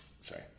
sorry